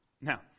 Now